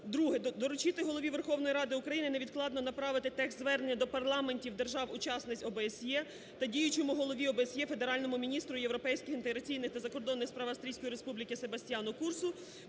"Доручити Голові Верховної Ради України невідкладно направити текст Звернення до парламентів держав-учасниць ОБСЄ та діючому голові ОБСЄ федеральному міністру європейських інтеграційних та закордонних справ Австрійської Республіки Себастьяну Курцу".